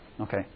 Okay